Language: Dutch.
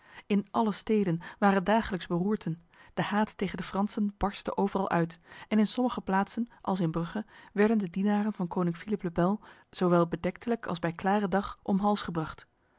in alle steden waren dagelijks beroerten de haat tegen de fransen barstte overal uit en in sommige plaatsen als in brugge werden de dienaren van koning philippe le bel zowel bedektelijk als bij klare dag om hals gebracht